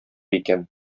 икән